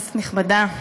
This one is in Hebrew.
כנסת נכבדה,